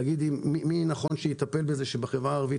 להגיד מי נכון שיטפל בזה שבחברה הערבית